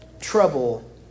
trouble